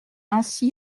ainsi